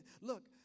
look